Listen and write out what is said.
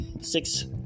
Six